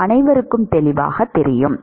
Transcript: இது அனைவருக்கும் தெளிவாகத் தெரியும்